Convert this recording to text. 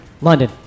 London